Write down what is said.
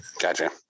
Gotcha